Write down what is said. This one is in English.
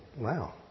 Wow